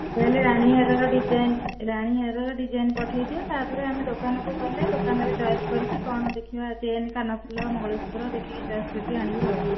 ତା'ହେଲେ ରାଣୀହାରର ଡ଼ିଜାଇନ୍ ରାଣୀହାରର ଡିଜାଇନ୍ ପଠାଇଦିଅ ତା'ପରେ ଆମେ ଦୋକାନକୁ ଗଲେ ଦୋକାନରେ ଚଏସ୍ କରିକି କ'ଣ ଦେଖିବା ଚେନ୍ କାନଫୁଲ ମଙ୍ଗଳସୂତ୍ର ଦେଖିକି ଚଏସ୍ କରିକି ଆଣିବା ଆଉ